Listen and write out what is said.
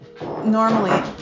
normally